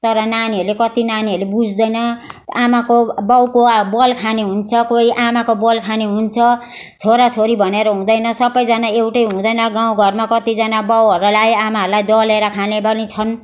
तर नानीहरूले कति नानीहरूले बुझ्दैन आमाको बाउको बल खाने हुन्छ कोही आमाको बल खाने हुन्छ छोरा छोरी भनेर हुँदैन सबजना एउटै हुँदैन गाउँ घरमा कतिजना बाउहरूलाई आमाहरूलाई दलेर खाने पनि छन्